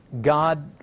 God